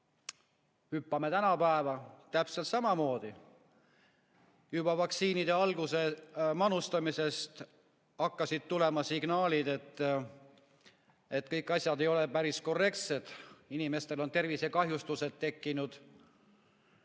Hüppame tänapäeva: täpselt samamoodi. Juba vaktsiinide manustamise algusest hakkasid tulema signaalid, et kõik asjad ei ole päris korrektsed, et inimestel on tervisekahjustused tekkinud,